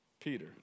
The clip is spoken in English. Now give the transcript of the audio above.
Peter